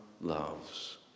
loves